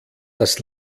das